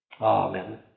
Amen